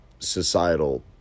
societal